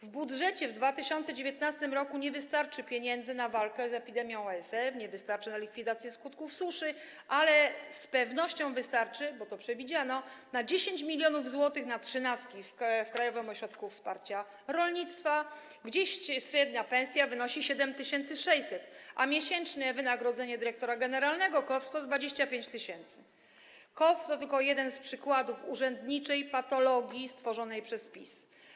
W budżecie na 2019 r. nie wystarczy pieniędzy na walkę z epidemią ASF, nie wystarczy na likwidację skutków suszy, ale z pewnością wystarczy, bo to przewidziano, chodzi o 10 mln zł, na trzynastki w Krajowym Ośrodku Wsparcia Rolnictwa, gdzie średnia pensja wynosi 7600 zł, a miesięczne wynagrodzenie dyrektora generalnego KOWR to 25 tys. KOWR to tylko jeden z przykładów urzędniczej patologii stworzonej przez PiS.